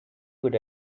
good